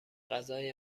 غذای